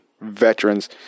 veterans